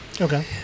Okay